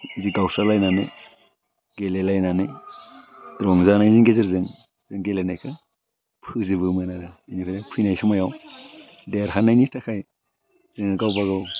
बिदि गावस्रालायनानै गेलेलायनानै रंजानायनि गेजेरजों गेलेनायखौ फोजोबोमोन आरो बेनिफ्राय फैनाय समायाव देरहानायनि थाखाय गावबा गाव